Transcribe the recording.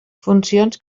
funcions